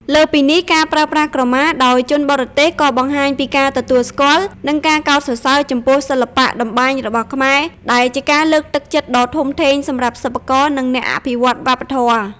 លើសពីនេះ ការប្រើប្រាស់ក្រមាដោយជនបរទេស ក៏បង្ហាញពី ការទទួលស្គាល់ និងការកោតសរសើរ ចំពោះសិល្បៈតម្បាញរបស់ខ្មែរ ដែលជាការលើកទឹកចិត្តដ៏ធំធេងសម្រាប់សិប្បករ និងអ្នកអភិរក្សវប្បធម៌។